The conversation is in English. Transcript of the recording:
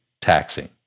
taxing